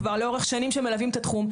כבר לאורך שנים שמלווים את התחום,